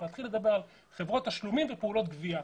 להתחיל לדבר על חברות תשלומים ופעולות גבייה,